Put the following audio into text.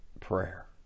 prayer